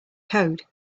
code